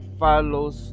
follows